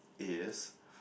is